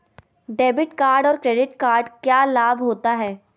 Debit card और credit card क्या लाभ होता है?